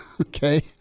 okay